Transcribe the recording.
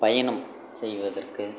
பயணம் செய்வதற்கு